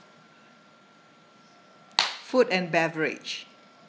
food and beverage